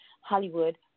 Hollywood